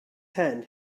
hand